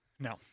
No